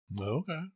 Okay